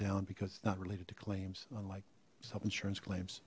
down because it's not related to claims unlike some insurance claims